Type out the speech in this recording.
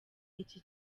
iki